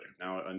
Now